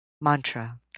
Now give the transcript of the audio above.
Mantra